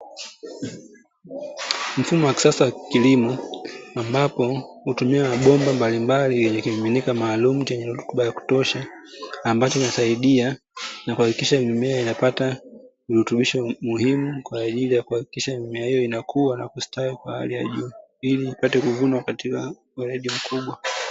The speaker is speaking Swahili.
Mfumo wa kisasa wa kilimo ambapo hutumia mabomba mbalimbali, yenye kimiminika maalumu chenye rutuba ya kutosha, ambacho kinasaidia na kuhakikisha mimea inapata virutubisho muhimu kwa ajili ya kuhakikisha mimea hiyo inakua na kustawi kwa hali ya juu, ili ipate kuvunwa katika weledi mkubwa.